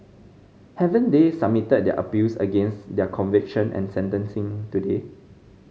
haven't they submitted their appeals against their conviction and sentencing today